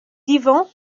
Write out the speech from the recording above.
divan